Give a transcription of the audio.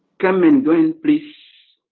come and join please,